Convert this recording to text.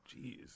Jeez